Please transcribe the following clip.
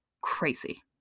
crazy